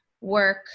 work